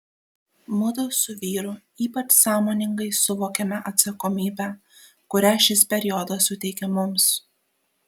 mudu su vyru ypač sąmoningai suvokėme atsakomybę kurią šis periodas suteikė mums